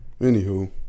Anywho